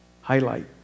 Highlight